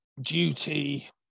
duty